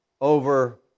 over